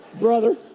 brother